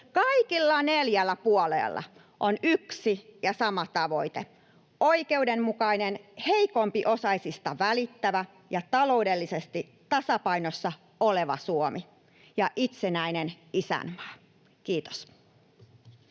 Kaikilla neljällä puolueella on yksi ja sama tavoite: oikeudenmukainen, heikompiosaisista välittävä ja taloudellisesti tasapainossa oleva Suomi ja itsenäinen isänmaa. — Kiitos.